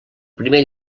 primer